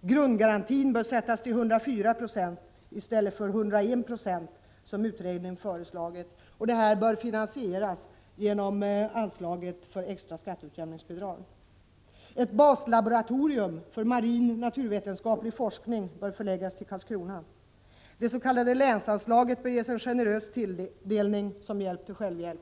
fram. Grundgarantin bör sättas till 104 96 i stället för till 101 96, som utredningen föreslagit. Detta kan finansieras genom anslaget för extra skatteutjämningsbidrag. Ett baslaboratorium för marinoch naturvetenskaplig forskning bör förläggas till Karlskrona. länsanslaget bör ges en generös tilldelning som hjälp till självhjälp.